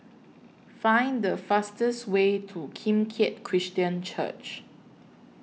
Find The fastest Way to Kim Keat Christian Church